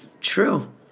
true